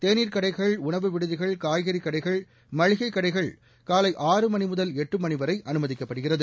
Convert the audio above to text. தேநீர் கடைகள் உணவு விடுதிகள் காய்கறி கடைகள் மளிகை கடைகள் காலை ஆறு மணி முதல் எட்டு மணி அனுமதிக்கப்படுகிறது